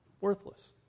Worthless